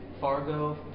Fargo